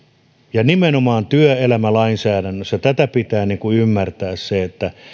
nimenomaan työelämälainsäädännössä pitää ymmärtää